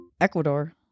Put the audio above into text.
Ecuador